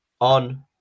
on